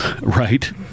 right